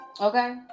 Okay